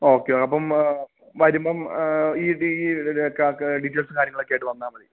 okay അപ്പം വരുമ്പോള് ഈ ഡീറ്റെയിൽസും കാര്യങ്ങളുമൊക്കെയായിട്ട് വന്നാല് മതി